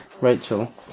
Rachel